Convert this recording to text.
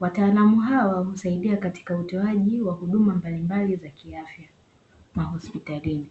Wataalamu hawa husaidia katika utoaji wa huduma mbalimbali za kiafya mahospitalini.